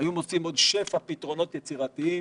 היו מוצאים עוד שפע פתרונות יצירתיים.